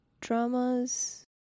dramas